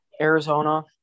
Arizona